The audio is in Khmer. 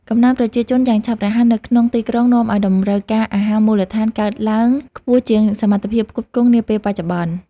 កំណើនប្រជាជនយ៉ាងឆាប់រហ័សនៅក្នុងទីក្រុងនាំឱ្យតម្រូវការអាហារមូលដ្ឋានកើនឡើងខ្ពស់ជាងសមត្ថភាពផ្គត់ផ្គង់នាពេលបច្ចុប្បន្ន។